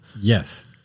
Yes